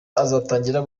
azatangira